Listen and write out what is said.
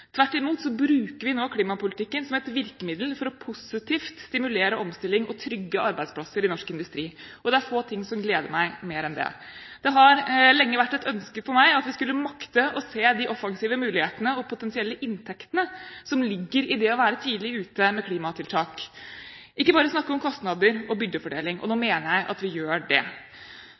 Tvert imot bruker vi nå klimapolitikken som et virkemiddel for positivt å stimulere omstilling og trygge arbeidsplasser i norsk industri. Det er få ting som gleder meg mer enn det. Det har lenge vært et ønske for meg at vi skulle makte å se de offensive mulighetene og potensielle inntektene som ligger i det å være tidlig ute med klimatiltak, ikke bare snakke om kostnader og byrdefordeling. Nå mener jeg at vi gjør det.